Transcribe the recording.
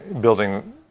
building